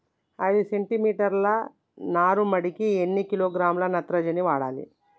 ఐదు సెంటిమీటర్ల నారుమడికి ఎన్ని కిలోగ్రాముల నత్రజని వాడాలి?